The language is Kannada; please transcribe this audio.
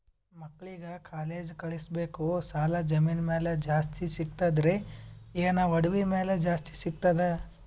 ಮಕ್ಕಳಿಗ ಕಾಲೇಜ್ ಕಳಸಬೇಕು, ಸಾಲ ಜಮೀನ ಮ್ಯಾಲ ಜಾಸ್ತಿ ಸಿಗ್ತದ್ರಿ, ಏನ ಒಡವಿ ಮ್ಯಾಲ ಜಾಸ್ತಿ ಸಿಗತದ?